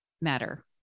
matter